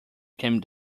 came